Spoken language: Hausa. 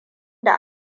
da